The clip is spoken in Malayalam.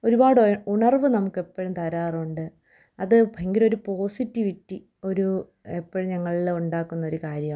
ഒരുപാട് ഒയ് ഉണർവ് നമുക്ക് എപ്പോഴും തരാറുണ്ട് അത് ഭയങ്കര ഒരു പോസിറ്റിവിറ്റി ഒരു എപ്പോഴും ഞങ്ങളിൽ ഉണ്ടാക്കുന്ന ഒരു കാര്യമാണ്